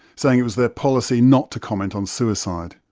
saying it was their policy not to comment on suicide.